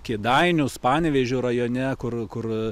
kėdainius panevėžio rajone kur kur